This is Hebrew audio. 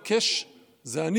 את זה אתה אומר או הוא אומר?